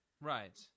Right